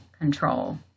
control